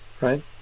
right